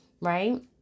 right